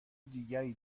دیگری